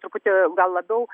truputį gal labiau